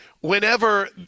whenever